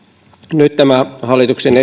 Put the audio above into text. nyt tämä hallituksen